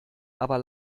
aber